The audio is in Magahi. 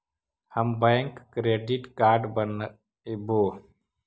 हम बैक क्रेडिट कार्ड बनैवो?